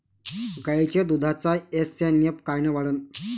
गायीच्या दुधाचा एस.एन.एफ कायनं वाढन?